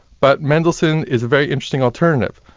but mendelssohn's is a very interesting alternative.